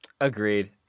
Agreed